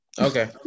okay